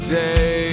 day